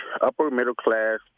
upper-middle-class